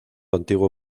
antiguo